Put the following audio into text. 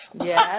Yes